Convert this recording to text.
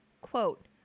quote